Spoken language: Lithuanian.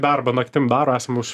darbą naktim daro esam